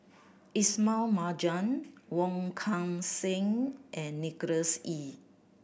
Ismail Marjan Wong Kan Seng and Nicholas Ee